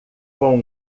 com